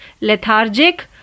lethargic